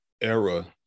era